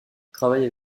travaille